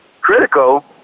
critical